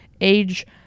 age